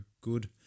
good